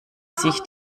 sich